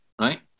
right